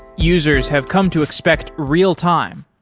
users have come to expect real-time.